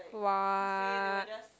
what